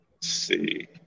see